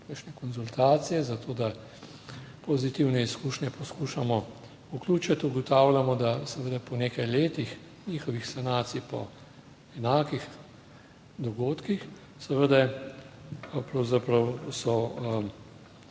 kakšne konzultacije zato, da pozitivne izkušnje poskušamo vključiti, ugotavljamo, da seveda po nekaj letih njihovih sanacij, po enakih dogodkih seveda pravzaprav so,